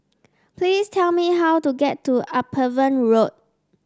please tell me how to get to Upavon Road